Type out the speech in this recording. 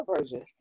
version